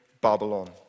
Babylon